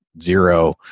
zero